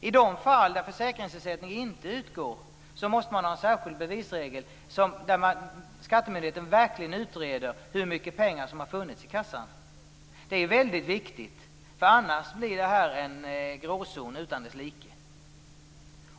I de fall där försäkringsersättning inte utgår måste vi ha en särskild bevisregel där skattemyndigheten verkligen utreder hur mycket pengar som har funnits i kassan. Det är väldigt viktigt, för annars blir det här en gråzon utan dess like.